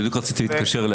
בדיוק רציתי להתקשר אליה.